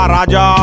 Raja